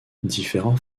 différents